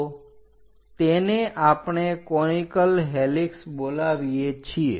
તો તેને આપણે કોનીકલ હેલિક્ષ બોલાવીએ છીએ